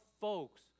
folks